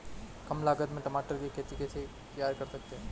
कम लागत में टमाटर की खेती कैसे तैयार कर सकते हैं?